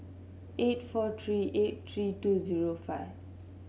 eight four three eight three two zero five